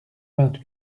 vingt